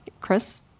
Chris